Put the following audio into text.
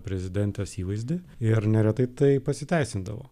prezidentės įvaizdį ir neretai tai pasiteisindavo